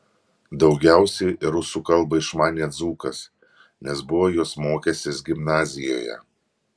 daugiausiai rusų kalbą išmanė dzūkas nes buvo jos mokęsis gimnazijoje